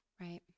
Right